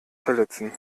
verletzen